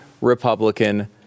Republican